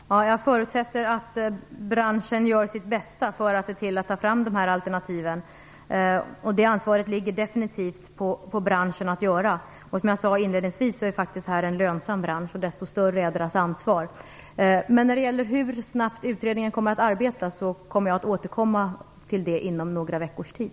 Fru talman! Jag förutsätter att branschen gör sitt bästa för att ta fram sådana alternativ. Det ansvaret ligger definitivt på branschen. Som jag inledningsvis sade är det fråga om en lönsam bransch, vilket gör att dess ansvar är desto större. Till frågan hur snabbt utredningen kommer att arbeta skall jag återkomma inom några veckors tid.